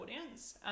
audience